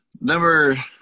Number